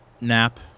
nap